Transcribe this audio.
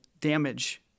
damage